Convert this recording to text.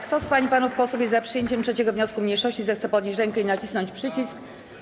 Kto z pań i panów posłów jest za przyjęciem 3. wniosku mniejszości, zechce podnieść rękę i nacisnąć przycisk.